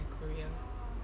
korea